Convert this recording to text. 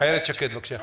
איילת שקד, בבקשה.